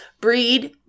breed